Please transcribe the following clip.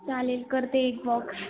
चालेल करते एक बॉक्स